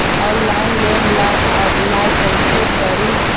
Online loan ला apply कैसे करी?